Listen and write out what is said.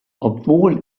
obwohl